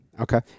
Okay